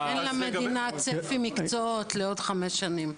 -- אין למדינה צפי מקצועות לעוד חמש שנים,